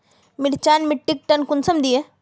मिर्चान मिट्टीक टन कुंसम दिए?